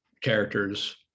characters